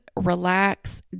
relax